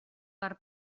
per